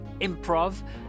improv